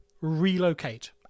relocate